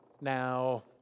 Now